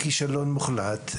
לכישלון מוחלט.